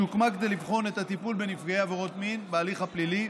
שהוקמה כדי לבחון את הטיפול בנפגעי עבירות מין בהליך הפלילי,